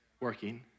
working